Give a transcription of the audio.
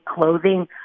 clothing